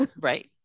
Right